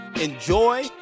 Enjoy